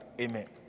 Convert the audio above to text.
Amen